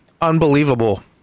unbelievable